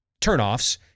turnoffs